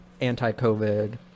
anti-COVID